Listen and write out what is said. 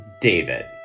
David